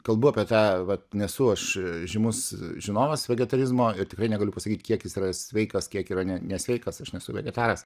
kalbu apie tą vat nesu aš žymus žinovas vegetarizmo ir tikrai negaliu pasakyt kiek jis yra sveikas kiek yra ne nesveikas aš nesu vegetaras